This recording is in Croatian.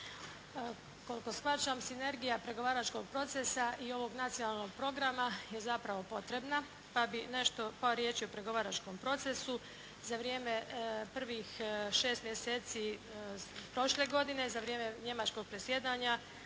Koliko shvaćam sinergija pregovaračkog procesa i ovog nacionalnog programa je zapravo potrebna pa bi nešto, par riječi o pregovaračkom procesu. Za vrijeme prvih 6 mjeseci prošle godine, za vrijeme njemačkog predsjedanja